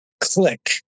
click